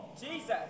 Jesus